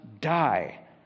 die